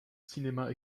cinéma